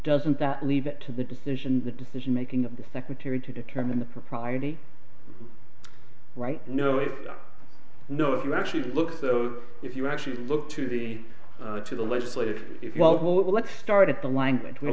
doesn't that leave it to the decisions the decision making of the secretary to determine the propriety right no it's no if you actually look so if you actually look to the to the legislative well let's start at the language w